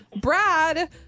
Brad